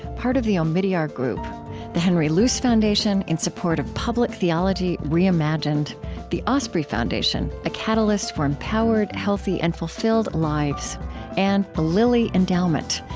part of the omidyar group the henry luce foundation, in support of public theology reimagined the osprey foundation a catalyst for empowered, healthy, and fulfilled lives and the lilly endowment,